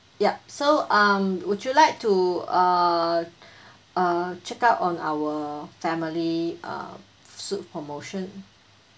yup so um would you like to uh uh check out on our family uh suite promotion